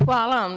Hvala vam.